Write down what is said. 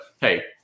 hey